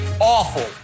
awful